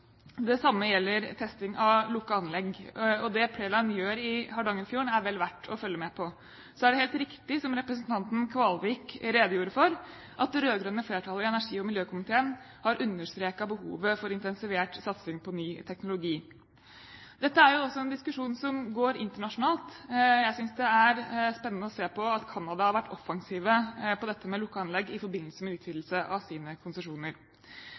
Det samme gjelder testing av lukkede anlegg. Og det Preline gjør i Hardangerfjorden, er vel verdt å følge med på. Så er det helt riktig som representanten Kvalvik redegjorde for, at det rød-grønne flertallet i energi- og miljøkomiteen har understreket behovet for intensivert satsing på ny teknologi. Dette er også en diskusjon som går internasjonalt, og jeg synes det er spennende å se på at Canada har vært offensive på dette med lukkede anlegg i forbindelse med utvidelse av sine konsesjoner.